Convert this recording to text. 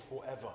forever